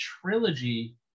trilogy